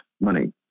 money